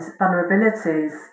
vulnerabilities